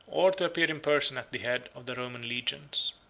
or to appear in person at the head of the roman legions.